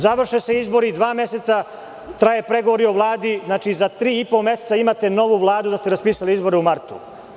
Završe se izbori, dva meseca traju pregovori o Vladi, znači za tri i po meseca imate novu vladu da ste raspisali izbore u martu.